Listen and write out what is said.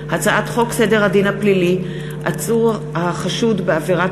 הצעת חוק סדר הדין הפלילי (עצור החשוד בעבירת